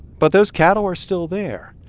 but those cattle are still there,